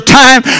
time